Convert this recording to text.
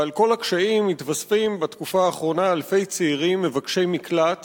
ועל כל הקשיים מתווספים בתקופה האחרונה אלפי צעירים מבקשי מקלט